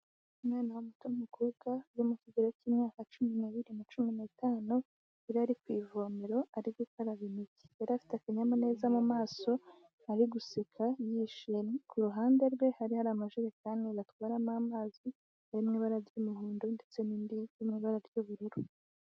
Umwana muto w'umukobwa uri mu kigero cy'imyaka cumi n'ibiri na cumi n'itanu yari ari ku ivomero ari gukaraba intoki, yari afite akanyamuneza mu maso ari guseka yishimye, ku ruhande rwe hari hari amajerekani batwaramo amazi ari mu ibara ry'umuhondo ndetse n'indi iri mu ibara ry'ubururu.